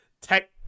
tech